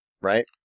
right